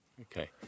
Okay